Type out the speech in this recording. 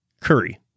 Curry